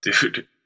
Dude